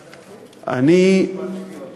אני, בית-המשפט העליון.